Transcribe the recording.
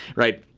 right.